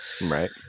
right